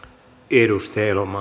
arvoisa